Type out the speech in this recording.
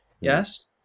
Yes